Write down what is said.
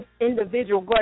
individual